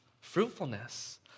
fruitfulness